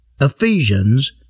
Ephesians